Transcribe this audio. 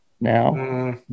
now